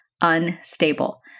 unstable